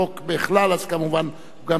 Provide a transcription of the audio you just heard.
אז כמובן הוא גם נגד התיקון.